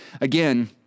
again